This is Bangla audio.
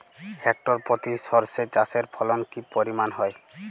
হেক্টর প্রতি সর্ষে চাষের ফলন কি পরিমাণ হয়?